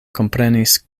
komprenis